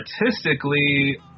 Artistically